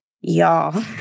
Y'all